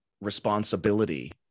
responsibility